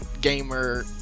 gamer